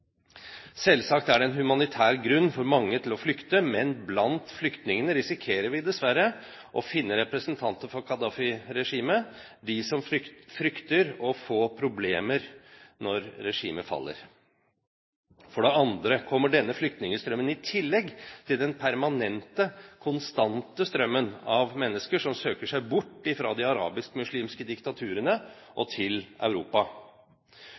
Selvsagt er det en humanitær grunn for mange til å flykte, men blant flyktningene risikerer vi dessverre å finne representanter for Gaddafi-regimet, de som frykter å få problemer når regimet faller. For det andre kommer denne flyktningstrømmen i tillegg til den permanente, konstante strømmen av mennesker som søker seg bort fra de arabisk-muslimske diktaturene og til Europa.